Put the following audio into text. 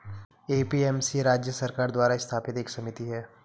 APMC राज्य सरकार द्वारा स्थापित एक समिति है